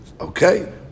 okay